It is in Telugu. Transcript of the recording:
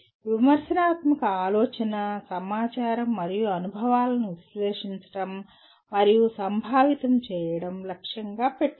విమర్శనాత్మక ఆలోచన సమాచారం మరియు అనుభవాలను విశ్లేషించడం మరియు సంభావితం చేయడం లక్ష్యంగా పెట్టుకుంది